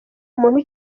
muntu